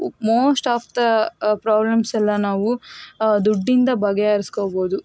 most of the problems ಎಲ್ಲ ನಾವು ದುಡ್ಡಿಂದ ಬಗೆಹರಿಸ್ಕೋಬೋದು